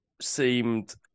seemed